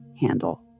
handle